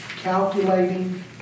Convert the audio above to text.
calculating